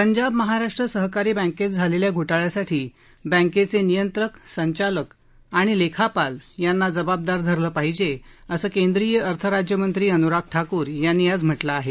पंजाब महाराष्ट्र सहकारी बँकेत झालेल्या घोटाळ्यासाठी बँकेचे नियंत्रक संचालक आणि लेखापाल यांना जबाबदार धरलं पाहिजे असं केंद्रीय अर्थराज्यमंत्री अनुराग ठाकूर यांनी आज म्हटलं आहे